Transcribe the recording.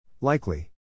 Likely